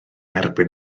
erbyn